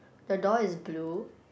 the door is blue